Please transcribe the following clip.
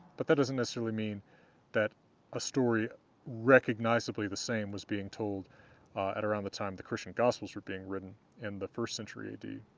but that doesn't necessarily mean that a story recognizably the same was being told at around the time the christian gospels were being written in the first century a d.